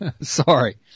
Sorry